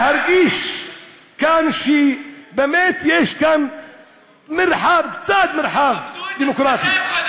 להרגיש שבאמת יש כאן מרחב, קצת מרחב דמוקרטי.